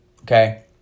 Okay